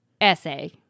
essay